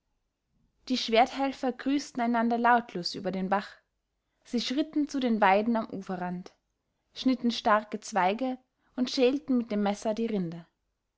die schwerthelfer grüßten einander lautlos über den bach sie schritten zu den weiden am uferrand schnitten starke zweige und schälten mit dem messer die rinde